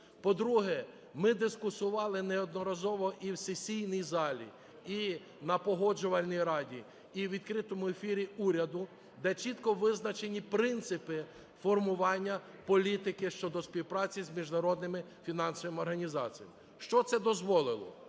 По-друге, ми дискутували неодноразово і в сесійній залі, і на Погоджувальній раді, і у відкритому ефірі уряду, де чітко визначені принципи формування політики щодо співпраці з міжнародними фінансовими організаціями. Що це дозволило?